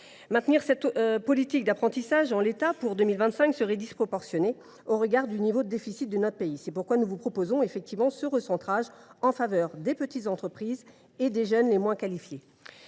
Maintenir cette politique d’apprentissage en l’état pour 2025 serait disproportionné au regard du niveau de déficit de notre pays. C’est pourquoi nous vous proposons ce recentrage en faveur des petites entreprises et des jeunes les moins qualifiés.